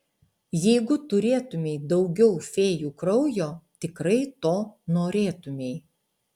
jeigu turėtumei daugiau fėjų kraujo tikrai to norėtumei